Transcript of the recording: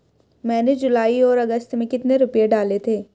मैंने जुलाई और अगस्त में कितने रुपये डाले थे?